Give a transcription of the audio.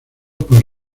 por